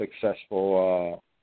successful